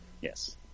Yes